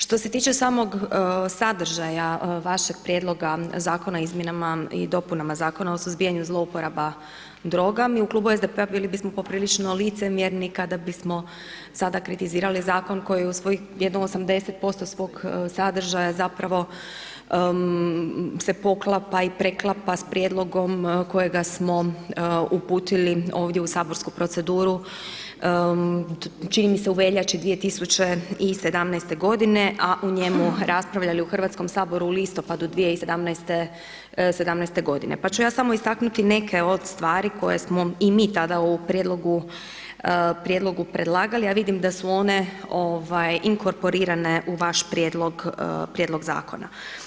Što se tiče samog sadržaja vašeg Prijedloga zakona o izmjenama i dopunama Zakona o suzbijanju zlouporaba droga, mi u klubu SDP-a bili bismo poprilično licemjerni kada bismo sada kritizirali zakon koji u svojih jedno 80% svog sadržaja zapravo se poklapa i preklapa sa prijedlogom kojega smo uputili ovdje u saborsku proceduru, čini mi se u veljači 2017. a u njemu raspravljali u Hrvatskom saboru u listopadu 2017. g. pa ću ja samo istaknuti neke od stvari koje smo i mi tada u ovom prijedlogu predlagali a vidim da su one inkorporirane u vaš prijedlog zakona.